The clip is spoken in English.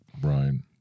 Brian